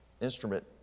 instrument